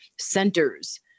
centers